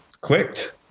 clicked